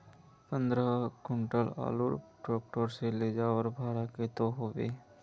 पंद्रह कुंटल आलूर ट्रैक्टर से ले जवार भाड़ा कतेक होबे?